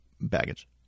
Baggage